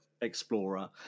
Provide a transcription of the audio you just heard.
explorer